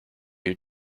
you